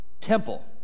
temple